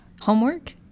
Homework